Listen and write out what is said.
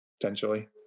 potentially